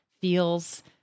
feels